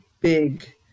big